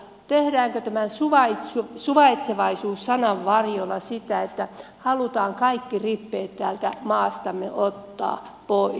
tehdäänkö tämän suvaitsevaisuus sanan varjolla sitä että halutaan kaikki rippeet täältä maastamme ottaa pois